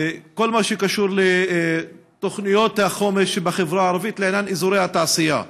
כל מה שקשור לתוכניות החומש בחברה הערבית לעניין אזורי התעשייה.